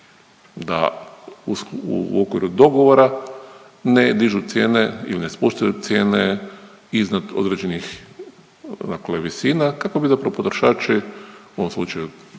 da u okviru dogovora ne dižu cijene ili ne spuštaju cijene iznad određenih dakle visina kako bi zapravo potrošači, u ovom slučaju